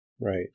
Right